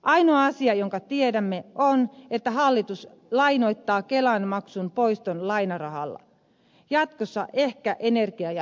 ainoa asia jonka tiedämme on että hallitus lainoittaa kelamaksun poiston lainarahalla jatkossa ehkä energia ja ympäristöveroilla